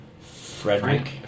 Frederick